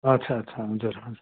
अच्छा अच्छा हजुर